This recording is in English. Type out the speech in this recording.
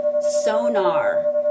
sonar